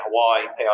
Hawaii